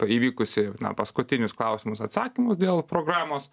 įvykusį na paskutinius klausimus atsakymus dėl programos